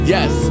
Yes